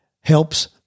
helps